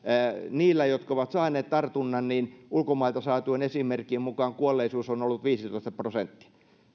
heillä jotka ovat saaneet tartunnan ulkomailta saatujen esimerkkien mukaan kuolleisuus on ollut viisitoista prosenttia